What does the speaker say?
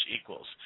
equals